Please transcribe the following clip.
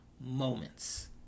moments